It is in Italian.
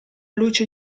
luce